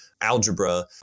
algebra